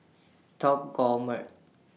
Top Gourmet